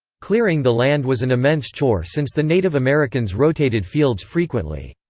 clearing the land was an immense chore since the native americans rotated fields frequently.